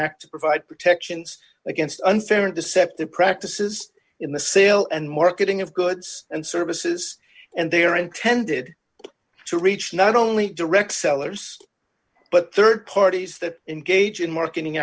act provide protections against unfair and deceptive practices in the sale and marketing of goods and services and they are intended to reach not only direct sellers but rd parties that engage in marketing